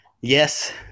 yes